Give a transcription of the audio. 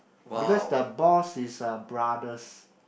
because the boss is a brothers